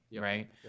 right